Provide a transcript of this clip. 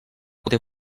poder